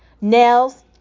nails